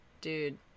dude